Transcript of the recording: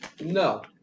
No